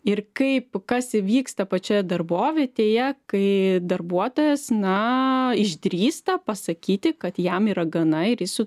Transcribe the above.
ir kaip kas įvyksta pačioje darbovietėje kai darbuotojas na išdrįsta pasakyti kad jam yra gana ir jis su